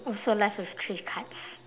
also left with three cards